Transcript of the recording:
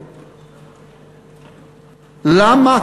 למה?